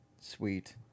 sweet